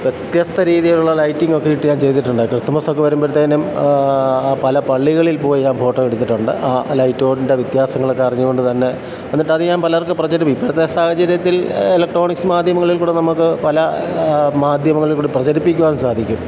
വ്യത്യസ്തരീതിയിലുള്ള lighting ഒക്കെ ഇട്ട് ഞാൻ ചെയ്തിട്ടുണ്ട് ക്രിസ്തുമസ്സൊക്കെ വരുമ്പോഴത്തേനും പല പള്ളികളിൽ പോയി ഞാൻ ഫോട്ടോ എടുത്തിട്ടുണ്ട് ആ ലൈറ്റോടിൻ്റെ വ്യത്യാസങ്ങളൊക്കെ അറിഞ്ഞുകൊണ്ടുതന്നെ എന്നിട്ട് അത് ഞാൻ പലർക്ക് പ്രചരിപ്പിക്കും ഇപ്പോഴത്തെ സാഹചര്യത്തിൽ ഇലക്ട്രോണിക്സ് മാധ്യമങ്ങളിൽക്കൂടെ നമ്മൾക്ക് പല മാധ്യമങ്ങളിൽക്കൂടി പ്രചരിപ്പിക്കുവാൻ സാധിക്കും